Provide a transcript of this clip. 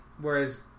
Whereas